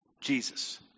Jesus